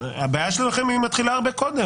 הבעיה שלכם מתחילה הרבה קודם.